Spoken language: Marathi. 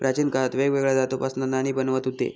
प्राचीन काळात वेगवेगळ्या धातूंपासना नाणी बनवत हुते